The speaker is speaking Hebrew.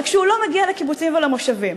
רק שהוא לא מגיע לקיבוצים ולמושבים.